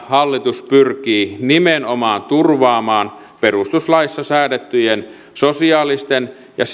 hallitus pyrkii nimenomaan turvaamaan perustuslaissa säädettyjen sosiaalisten ja